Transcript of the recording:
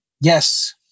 Yes